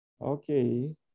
Okay